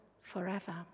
forever